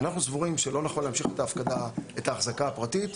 אנחנו סבורים שלא נכון להמשיך את ההחזקה הפרטית,